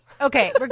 Okay